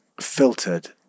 filtered